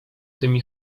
tymi